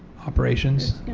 operations?